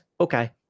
Okay